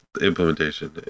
implementation